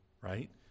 right